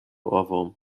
ohrwurm